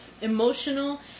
emotional